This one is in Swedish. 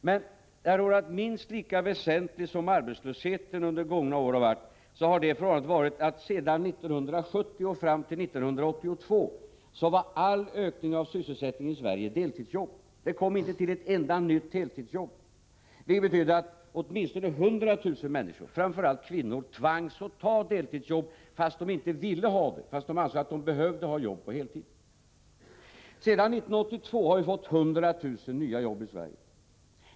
Men minst lika väsentligt som arbetslösheten under de gångna åren har varit det förhållandet att hela ökningen av sysselsättningen i Sverige från 1970 fram till 1982 utgjordes av deltidsjobb. Det kom inte till ett enda nytt heltidsjobb. Det betyder att åtminstone 100 000 människor, framför allt kvinnor, tvangs att ta deltidsjobb fastän de inte ville ha det utan ansåg att de behövde jobb på heltid. Sedan 1982 har vi fått 100 000 nya jobb i Sverige.